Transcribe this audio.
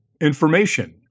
information